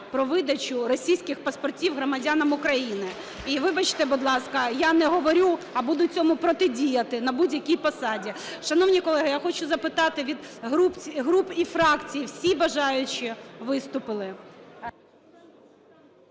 про видачу російських паспортів громадянам України. І вибачте, будь ласка, я не говорю, а буду цьому протидіяти на будь-якій посаді. Шановні колеги, я хочу запитати: від груп і фракцій всі бажаючі виступили?